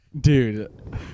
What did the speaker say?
Dude